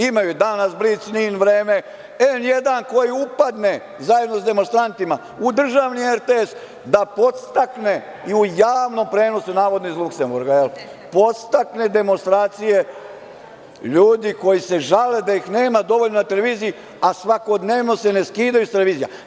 Imaju „Danas“, „Blic“, NIN, „Vreme“, N1, koji upadne zajedno sa demonstrantima u državni RTS da podstakne i u javnom prenosu, navodno iz Luksemburga, jel, podstakne demonstracije ljudi koji se žale da ih nema dovoljno na televiziji, a svakodnevno se ne skidaju sa televizija.